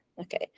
Okay